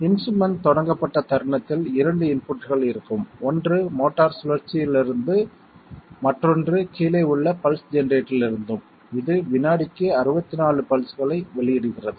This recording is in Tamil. இன்ஸ்ட்ரூமென்ட் தொடங்கப்பட்ட தருணத்தில் 2 இன்புட்கள் இருக்கும் ஒன்று மோட்டார் சுழற்சியிலிருந்தும் மற்றொன்று கீழே உள்ள பல்ஸ் ஜெனரேட்டரிலிருந்தும் இது வினாடிக்கு 64 பல்ஸ்களை வெளியிடுகிறது